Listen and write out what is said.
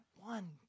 one